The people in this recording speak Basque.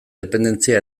dependentzia